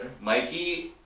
Mikey